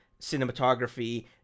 cinematography